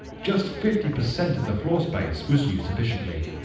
just fifty percent of the floor space was used efficiently.